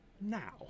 Now